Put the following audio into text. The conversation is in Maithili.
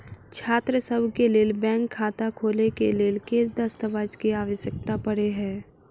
छात्रसभ केँ लेल बैंक खाता खोले केँ लेल केँ दस्तावेज केँ आवश्यकता पड़े हय?